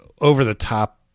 over-the-top